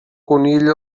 conill